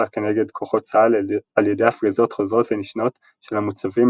כנגד כוחות צה"ל על ידי הפגזות חוזרות ונשנות של המוצבים